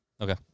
Okay